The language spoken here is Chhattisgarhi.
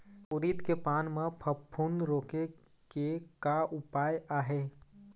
उरीद के पान म फफूंद रोके के का उपाय आहे?